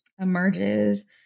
emerges